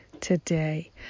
today